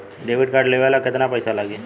Debit card लेवे ला केतना पईसा लागी?